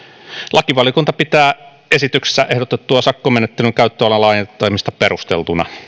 lakivaliokunta pitää esityksessä ehdotettua sakkomenettelyn käyttöalan laajentamista perusteltuna